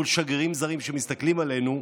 מול שגרירים זרים שמסתכלים עלינו,